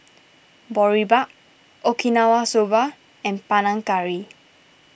Boribap Okinawa Soba and Panang Curry